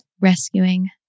rescuing